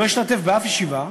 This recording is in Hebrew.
לא השתתף בשום ישיבה,